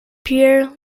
pierre